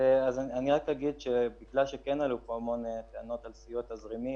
אני רק אגיד שכן עלו פה טענות על סיוע תזרימי.